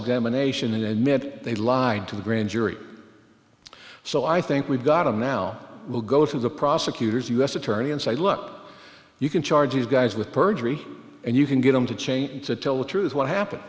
examination and mitt they lied to the grand jury so i think we've got of now will go through the prosecutor's u s attorney and say look you can charge you guys with perjury and you can get them to change to tell the truth what happened